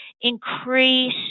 increase